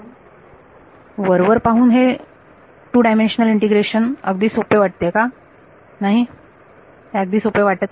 विद्यार्थी 2 वरवर पाहून हे 2 डायमेन्शनल इंटिग्रेशन अगदी सोपे वाटते का नाही ते अगदी सोपे वाटत नाही